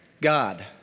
God